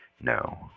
No